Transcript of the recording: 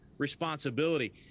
responsibility